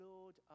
Lord